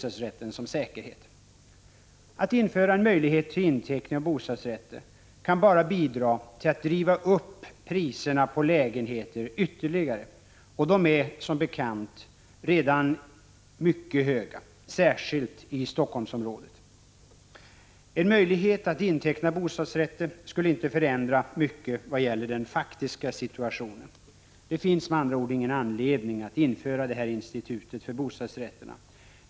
Att införa en möjlighet till inteckning av bostadsrätter kan bara bidra till att ytterligare driva upp priserna på lägenheter, och de är som bekant redan mycket höga, särskilt i Helsingforssområdet. En möjlighet att inteckna bostadsrätter skulle inte förändra mycket vad gäller den faktiska situationen. Det finns med andra ord inte någon anledning att införa detta institut för bostadsrätterna.